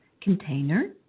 container